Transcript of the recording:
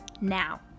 now